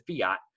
fiat